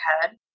head